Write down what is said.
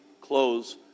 close